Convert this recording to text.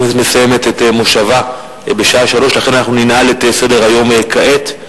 והכנסת מסיימת את מושבה בשעה 15:00. לכן אנחנו ננעל את סדר-היום כעת,